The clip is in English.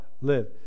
live